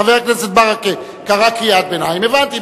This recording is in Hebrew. חבר הכנסת ברכה קרא קריאת ביניים, הבנתי.